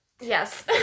Yes